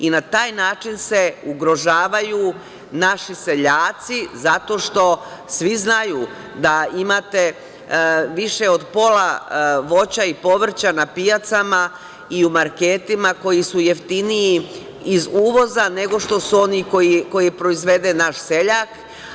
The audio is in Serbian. Na taj način se ugrožavaju naši seljaci, zato što svi znaju da imate više od pola voća i povrća na pijacama i u marketima koji su jeftiniji iz uvoza nego što su oni koje proizvede naš seljak.